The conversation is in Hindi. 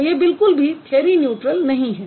तो ये बिलकुल भी थ्यरी न्यूट्रल नहीं है